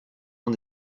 uns